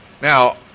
Now